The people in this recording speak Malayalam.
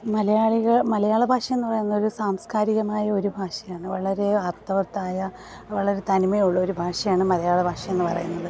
മലയാളികൾ മലയാള ഭാഷയെന്ന് പറയുന്നത് സാംസ്കാരികമായ ഒരു ഭാഷയാണ് വളരെ അർത്ഥവത്തായ വളരെ തനിമയുള്ള ഒരു ഭാഷയാണ് മലയാള ഭാഷ എന്ന് പറയുന്നത്